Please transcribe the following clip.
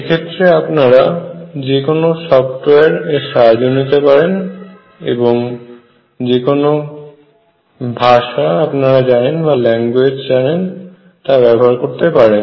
এক্ষেত্রে আপনারা যে কোন সফটওয়্যার এর সাহায্য নিতে পারেন এবং যেকোন ভাষা আপনারা জানেন তা ব্যবহার করতে পারেন